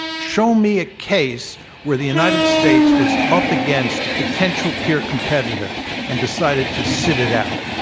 show me a case where the united states was up against a potential peer competitor and decided to sit it out,